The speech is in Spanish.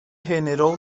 generó